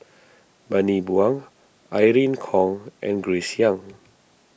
Bani Buang Irene Khong and Grace Young